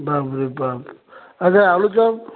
ବାପରେ ବାପରେ ଆଚ୍ଛା ଆଲୁଚପ